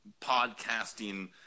podcasting